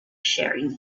sharing